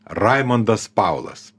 raimundas paulas